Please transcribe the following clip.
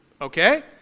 Okay